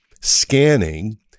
scanning